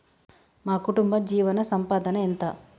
మా కుటుంబ జీవన సంపాదన ఎంత?